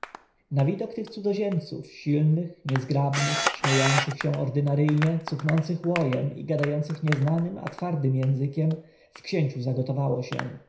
na widok tych cudzoziemców silnych niezgrabnych śmiejących się ordynaryjnie cuchnących łojem i gadających nieznanym a twardym językiem w księciu zagotowało się